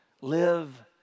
Live